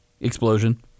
explosion